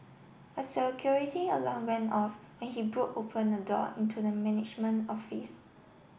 a security alarm went off when he broke open a door into the management office